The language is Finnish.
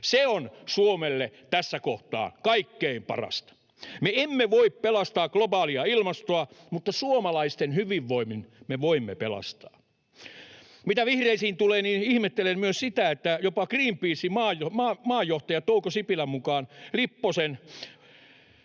Se on Suomelle tässä kohtaa kaikkein parasta. Me emme voi pelastaa globaalia ilmastoa, mutta suomalaisten hyvinvoinnin me voimme pelastaa. Mitä vihreisiin tulee, niin ihmettelen myös sitä, että jopa Greenpeacen maajohtajan Touko Sipiläisen mukaan Lippos-putkien